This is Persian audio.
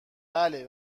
بله